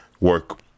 work